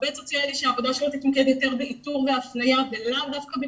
עובד סוציאלי שהעבודה שלו תתמקד יותר באיתור והפניה ולאו דווקא בטיפול,